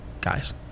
guys